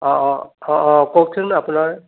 অঁ অঁ অঁ অঁ কওকচোন আপোনাৰ